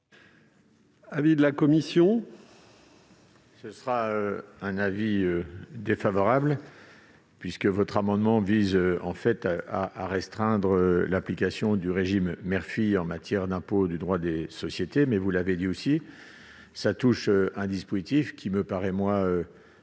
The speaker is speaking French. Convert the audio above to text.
l'avis de la commission ?